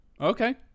okay